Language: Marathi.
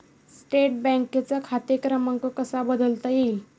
स्टेट बँकेचा खाते क्रमांक कसा बदलता येईल?